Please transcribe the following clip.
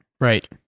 Right